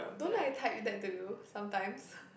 don't I type that to you sometimes